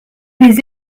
les